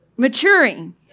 Maturing